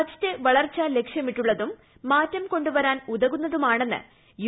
budget വളർച്ച ലക്ഷ്യമിട്ടുള്ളതും മാറ്റം കൊണ്ടു വരാൻ ഉതകുന്നതുമാണെന്ന് യു